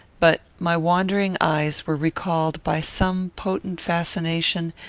but my wandering eyes were recalled by some potent fascination,